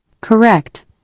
correct